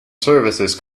services